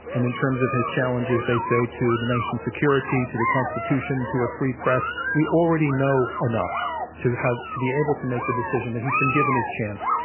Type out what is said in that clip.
and in terms of his challenges, they say, to the nation's security, to the constitution, to a free press. we already know enough to have to be able to make the decision that he's been given his chance,